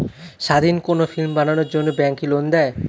স্বাধীন কোনো ফিল্ম বানানোর জন্য ব্যাঙ্ক কি লোন দেয়?